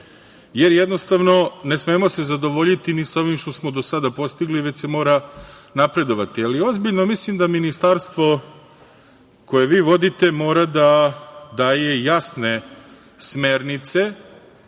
jer jednostavno ne smemo se zadovoljiti ni sa ovim što smo do sada postigli, već se mora napredovati. Ali, ozbiljno mislim da ministarstvo koje vi vodite mora da da jasne smernice